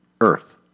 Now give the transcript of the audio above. Earth